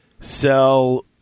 sell